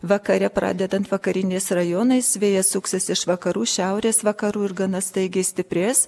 vakare pradedant vakariniais rajonais vėjas suksis iš vakarų šiaurės vakarų ir gana staigiai stiprės